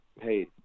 hey